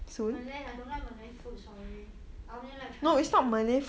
malay I don't like malay food sorry I only like chinese food